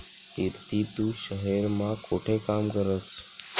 पिरती तू शहेर मा कोठे काम करस?